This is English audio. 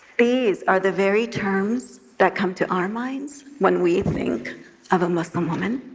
these are the very terms that come to our minds when we think of a muslim woman?